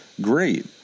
great